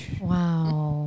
Wow